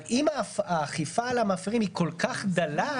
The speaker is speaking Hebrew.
אבל אם האכיפה על המפרים היא כל כך דלה,